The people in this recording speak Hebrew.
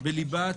בליבת